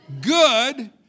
good